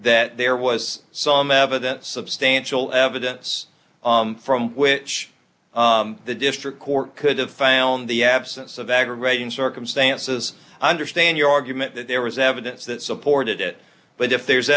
that there was some evidence substantial evidence from which the district court could have found the absence of aggravating circumstances i understand your argument that there was evidence that supported it but if there's